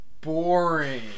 boring